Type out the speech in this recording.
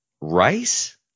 Rice